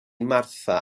martha